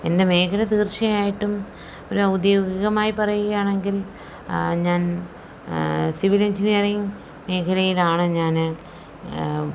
എൻ്റെ മേഖല തീർച്ചയായിട്ടും ഒരു ഔദ്യോഗികമായി പറയുകയാണെങ്കിൽ ഞാൻ സിവിൽ എഞ്ചിനിയറിംഗ് മേഖലയിലാണ് ഞാൻ